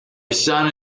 son